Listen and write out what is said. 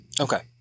Okay